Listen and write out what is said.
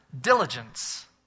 Diligence